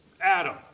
Adam